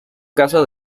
casos